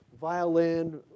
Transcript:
violin